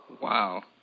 Wow